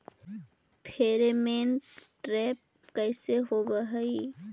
Pheromone trap कैसे होब हई?